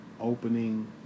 opening